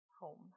home